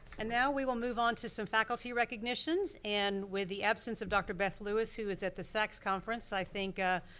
and now we will move on to some faculty recognitions and with the absence of dr. beth louis, who is at the sacs conference, i think ah